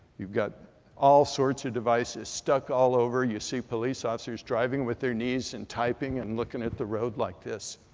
you've got all sorts of devices stuck all over. you see police officers driving with their knees and typing and looking at the road like this.